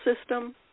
system